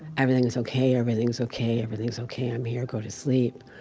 everything is ok, everything is ok, everything is ok. i'm here, go to sleep.